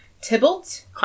Tybalt